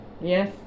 Yes